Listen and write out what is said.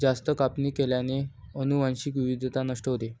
जास्त कापणी केल्याने अनुवांशिक विविधता नष्ट होते